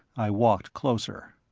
i walked closer.